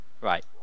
Right